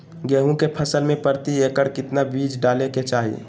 गेहूं के फसल में प्रति एकड़ कितना बीज डाले के चाहि?